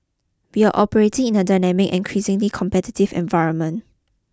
we are operating in a dynamic and increasingly competitive environment